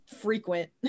frequent